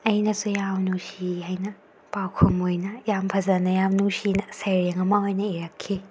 ꯑꯩꯅꯁꯨ ꯌꯥꯝ ꯅꯨꯡꯁꯤ ꯍꯥꯏꯅ ꯄꯥꯎꯈꯨꯝ ꯑꯣꯏꯅ ꯌꯥꯝ ꯐꯖꯅ ꯌꯥꯝ ꯅꯨꯡꯁꯤꯅ ꯁꯩꯔꯦꯡ ꯑꯃ ꯑꯣꯏꯅ ꯏꯔꯛꯈꯤ